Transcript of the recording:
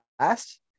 last